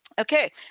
okay